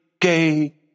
gay